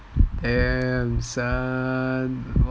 damn son